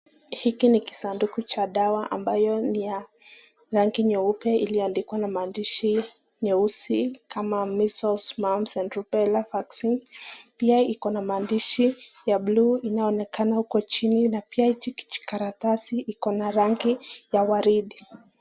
Hiki ni kisanduku cha dawa ambayo ni ya rangi nyeupe iliyoandikwa na maandishi nyeusi kama measles mumps and rubella vaccine . Pia iko na maandishi ya blue inayoonekana huko chini na pia hiki kijikaratasi iko na rangi ya waridi.